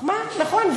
מחמאה, נכון.